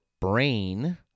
brain